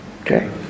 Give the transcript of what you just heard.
Okay